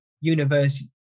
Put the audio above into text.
Universe